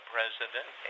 president